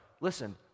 Listen